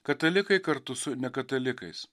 katalikai kartu su nekatalikais